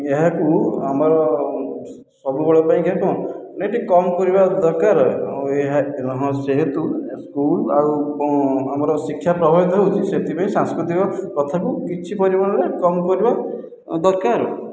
ଏହାକୁ ଆମର ସବୁବେଳ ପାଇଁକା କ'ଣ ନାଇଁ ଟିକିଏ କମ କରିବା ଦରକାର ଏହା ସେହେତୁ ସ୍କୁଲ ଆଉ କ'ଣ ଆମର ଶିକ୍ଷା ପ୍ରଭାବିତ ହେଉଛି ସେଥିପାଇଁ ସାଂସ୍କୃତିକ ପ୍ରଥାକୁ କିଛି ପରିମାଣରେ କମ କରିବା ଦରକାର